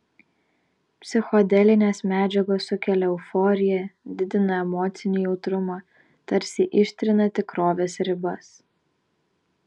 psichodelinės medžiagos sukelia euforiją didina emocinį jautrumą tarsi ištrina tikrovės ribas